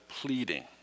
Pleading